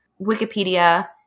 Wikipedia